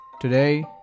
Today